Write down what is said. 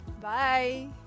bye